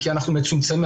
כי אנחנו מצומצמים,